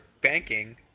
banking